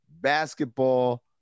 basketball